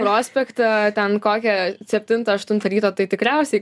prospektą ten kokią septintą aštuntą ryto tai tikriausiai